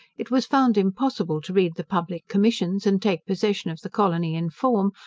it was found impossible to read the public commissions and take possession of the colony in form,